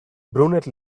brunette